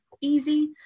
easy